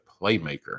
playmaker